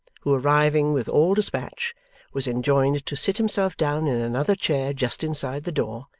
who arriving with all despatch was enjoined to sit himself down in another chair just inside the door,